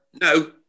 No